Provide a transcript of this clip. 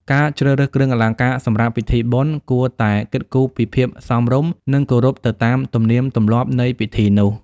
ការជ្រើសរើសគ្រឿងអលង្ការសម្រាប់ពិធីបុណ្យ គួរតែគិតគូរពីភាពសមរម្យ និង គោរពទៅតាមទំនៀមទម្លាប់នៃពិធីនោះ។